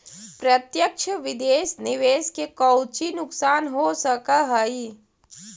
प्रत्यक्ष विदेश निवेश के कउची नुकसान हो सकऽ हई